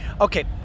okay